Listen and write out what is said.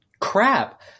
crap